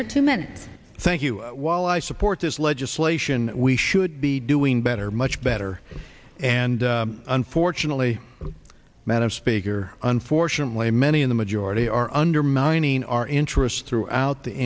for two men thank you while i support this legislation we should be doing better much better and unfortunately madam speaker unfortunately many in the majority are undermining our interests throughout the